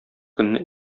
көнне